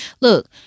Look